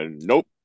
nope